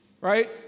Right